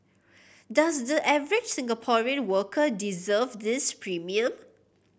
does the average Singaporean worker deserve this premium